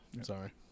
Sorry